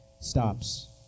Stops